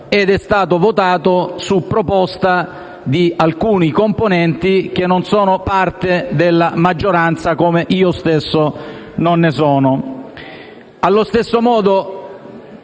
dalla Giunta, su proposta di alcuni componenti che non sono parte della maggioranza, come io stesso non ne sono parte. Allo stesso modo,